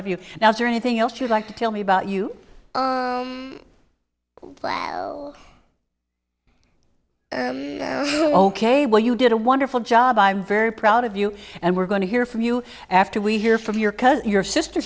of you now is there anything else you'd like to tell me about you ok well you did a wonderful job i'm very proud of you and we're going to hear from you after we hear from your cuz your sister